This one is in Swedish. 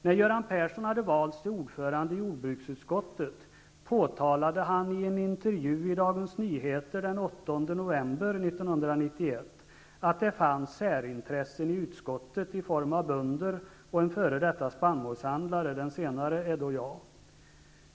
När Göran Persson hade valts till ordförande i jordbruksutskottet påtalade han i en intervju i Dagens Nyheter den 8 november 1991 att det fanns särintressen i utskottet i form av bönder och en f.d. spannmålshandlare; den senare är då jag.